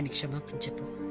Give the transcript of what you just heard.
sharma kaduyam